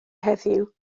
heddiw